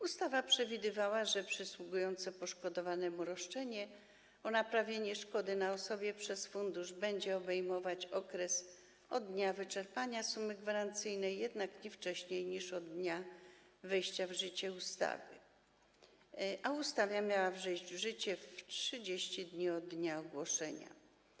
Ustawa przewidywała, że przysługujące poszkodowanemu roszczenie o naprawienie szkody na osobie przez fundusz będzie obejmować okres od dnia wyczerpania sumy gwarancyjnej, jednak nie wcześniej niż od dnia wejścia w życie ustawy, a ustawa miała wejść w życie po upływie 30 dni od dnia ogłoszenia.